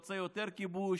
הכיבוש,